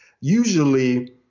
Usually